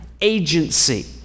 agency